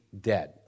dead